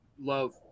love